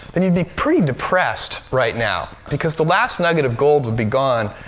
then you'd be pretty depressed right now because the last nugget of gold would be gone.